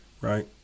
right